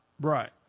Right